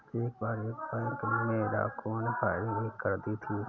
एक बार एक बैंक में डाकुओं ने फायरिंग भी कर दी थी